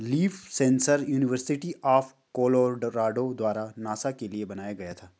leaf sensor university of Colorado द्वारा NASA के लिए बनाया गया था